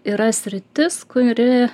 yra sritis kuri